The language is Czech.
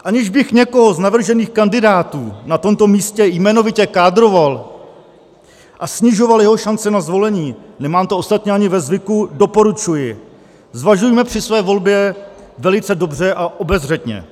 Aniž bych někoho z navržených kandidátů na tomto místě jmenovitě kádroval a snižoval jeho šance na zvolení, nemám to ostatně ani ve zvyku, doporučuji, zvažujme při své volbě velice dobře a obezřetně.